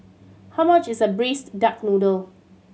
how much is a Braised Duck Noodle